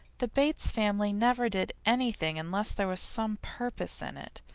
the bates family never did anything unless there was some purpose in it,